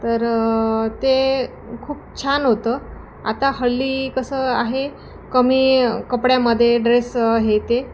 तर ते खूप छान होतं आता हल्ली कसं आहे कमी कपड्यामध्ये ड्रेस हे ते